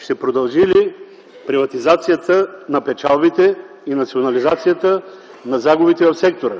Ще продължи ли приватизацията на печалбите и национализацията на загубите в сектора?